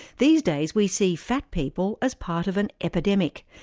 these days we see fat people as part of an epidemic,